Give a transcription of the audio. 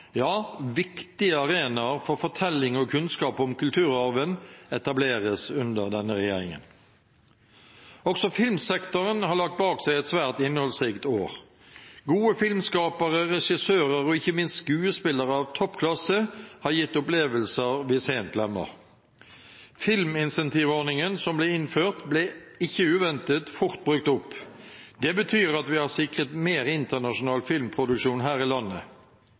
viktige arenaer for fortelling og kunnskap om kulturarven som etableres under denne regjeringen. Også filmsektoren har lagt bak seg et svært innholdsrikt år. Gode filmskapere, regissører og ikke minst skuespillere av topp klasse har gitt opplevelser vi sent glemmer. Filmincentivordningen som ble innført, ble ikke uventet fort brukt opp. Det betyr at vi har sikret mer internasjonal filmproduksjon her i landet.